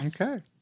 Okay